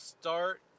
start